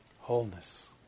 wholeness